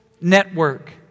Network